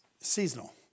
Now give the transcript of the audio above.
Seasonal